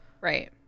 right